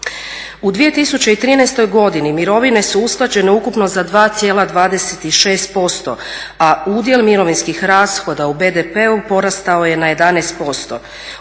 U 2013.godini mirovine su usklađene ukupno za 2,26%, a udjel mirovinskih rashoda u BDP-u porastao je na 11%.